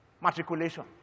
matriculation